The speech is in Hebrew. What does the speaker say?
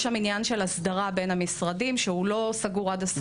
יש שם עניין של אסדרה בין המשרדים שלא סגור עד הסוף.